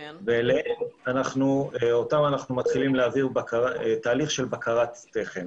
ואותן אנחנו מתחילים להעביר תהליך של בקרת תכן